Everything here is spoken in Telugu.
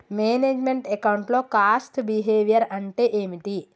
మేనేజ్ మెంట్ అకౌంట్ లో కాస్ట్ బిహేవియర్ అంటే ఏమిటి?